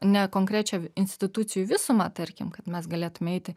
ne konkrečią institucijų visumą tarkim kad mes galėtume eiti